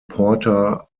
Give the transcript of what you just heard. porter